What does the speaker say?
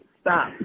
stop